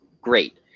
great